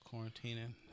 Quarantining